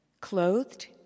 clothed